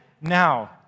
now